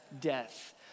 death